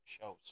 shows